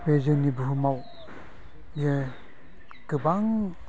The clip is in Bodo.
बे जोंनि बुहुमाव बियो गोबां